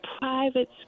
private